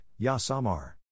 Yasamar